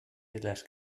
islas